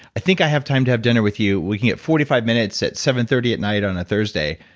i think i have time to have dinner with you, we can get forty five minutes at seven thirty at night on a thursday.